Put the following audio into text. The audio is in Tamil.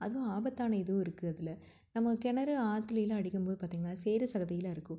அதுவும் ஆபத்தான இதுவும் இருக்குது அதில் நம்ம கிணறு ஆற்றுலேலாம் அடிக்கும் போது பார்த்தீங்கன்னா சேறு சகதியெல்லாம் இருக்கும்